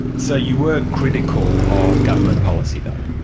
so you were critical of government policy though?